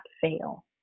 fail